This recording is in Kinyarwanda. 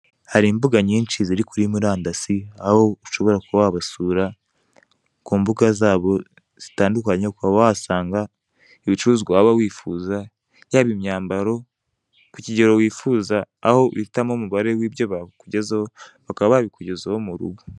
Hari imbuga nyinshi ziri kuri murandasi, aho ushobora kuba wabasura, ku mbuga zabo zitandukanye, ukaba wahasanga ibicuruzwa waba wifuza, yaba imyambaro, ku kigero wifuza, aho uhitamo umubare w'ibyo bakugezaho, bakaba babikugezaho mu rugo.